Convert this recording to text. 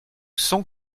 sans